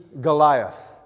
Goliath